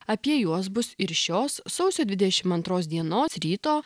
apie juos bus ir šios sausio dvidešim antros dienos ryto